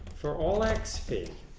for all x, phi